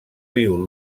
viu